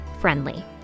friendly